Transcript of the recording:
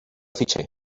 fitxer